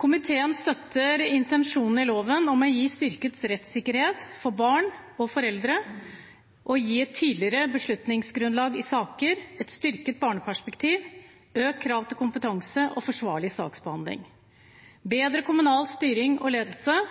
Komiteen støtter intensjonen i loven om å gi styrket rettssikkerhet for barn og foreldre, et tydeligere beslutningsgrunnlag i saker, et styrket barneperspektiv, økt krav til kompetanse og forsvarlig saksbehandling, bedre kommunal styring og ledelse,